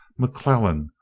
mcclellan,